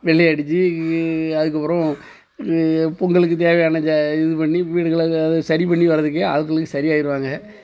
வெள்ளை அடிச்சு அதுக்கப்புறம் பொங்கலுக்கு தேவையான ஜ இது பண்ணி வீடுகளை சரிப்பண்ணி வர்றதுக்கே ஆட்களுக்கு சரி ஆயிருவாங்க